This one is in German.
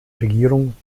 regierung